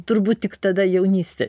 turbūt tik tada jaunystė